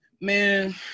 Man